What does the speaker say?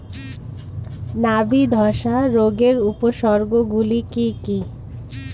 নাবি ধসা রোগের উপসর্গগুলি কি কি?